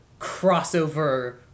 crossover